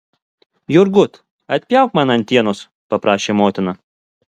jurgut atpjauk man antienos paprašė motina